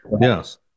yes